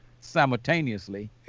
simultaneously